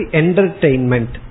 entertainment